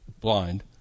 blind